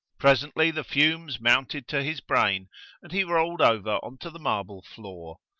presently the fumes mounted to his brain and he rolled over on to the marble floor.